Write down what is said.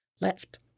left